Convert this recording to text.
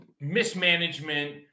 mismanagement